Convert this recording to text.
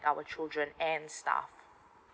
our children and staff